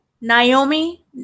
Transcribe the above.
Naomi